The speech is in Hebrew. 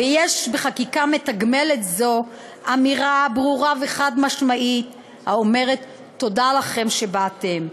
ויש בחקיקה מתגמלת זו אמירה ברורה וחד-משמעית האומרת: תודה לכם שבאתם,